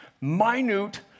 minute